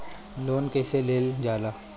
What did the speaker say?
Loan कईसे लेल जाला?